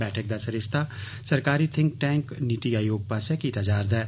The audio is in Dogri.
बैठक दा सरिस्ता सरकारी थिंक टैंक नीति आयोग पास्सेया कीता जा'रदा ऐ